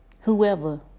whoever